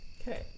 Okay